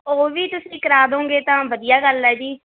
ਉਹ ਵੀ ਤੁਸੀਂ ਕਰਾ ਦਿਉਂਗੇ ਤਾਂ ਵਧੀਆ ਗੱਲ ਹੈ ਜੀ